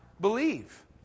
believe